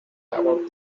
about